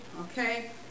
okay